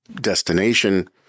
destination